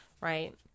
right